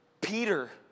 Peter